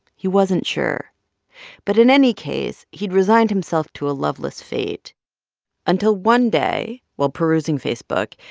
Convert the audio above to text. he wasn't sure but in any case, he'd resigned himself to a loveless fate until one day, while perusing facebook,